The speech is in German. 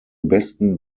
besten